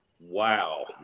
Wow